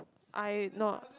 I not